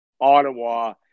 Ottawa